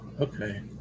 Okay